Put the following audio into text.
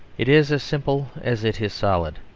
it is as simple as it is solid.